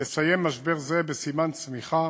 תסיים משבר זה בסימן צמיחה